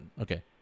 Okay